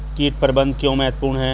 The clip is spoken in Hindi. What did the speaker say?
कीट प्रबंधन क्यों महत्वपूर्ण है?